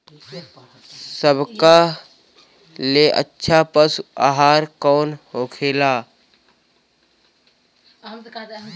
सबका ले अच्छा पशु आहार कवन होखेला?